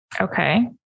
Okay